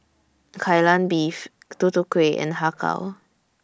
Kai Lan Beef Tutu Kueh and Har Kow